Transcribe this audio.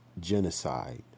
genocide